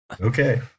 okay